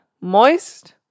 Moist